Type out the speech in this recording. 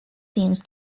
seems